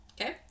Okay